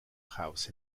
house